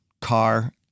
car